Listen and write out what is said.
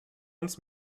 uns